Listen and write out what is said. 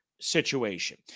situation